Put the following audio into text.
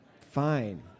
fine